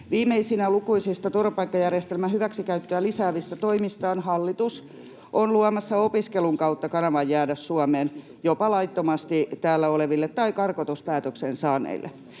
Viimeisimpänä lukuisista turvapaikkajärjestelmän hyväksikäyttöä lisäävistä toimistaan hallitus on luomassa opiskelun kautta kanavan jäädä Suomeen jopa laittomasti täällä oleville tai karkotuspäätöksen saaneille.